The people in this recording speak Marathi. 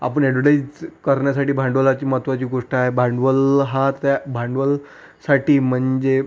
आपण अॅडोटाईच करण्यासाठी भांडवलाची महत्त्वाची गोष्ट आहे भांडवल हा त्या भांडवलसाठी म्हणजे